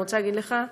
אני רוצה להגיד לך,